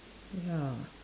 ya